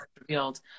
revealed